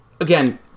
again